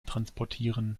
transportieren